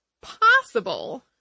possible